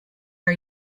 are